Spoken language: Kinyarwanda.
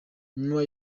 nyuma